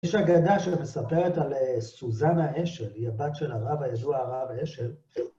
יש אגדה שלה, מספרת על סוזנה אשל, היא הבת של הרב הידוע הרב אשל.